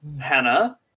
Hannah